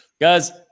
Guys